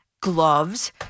gloves